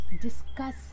discuss